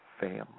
family